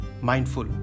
mindful